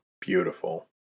Beautiful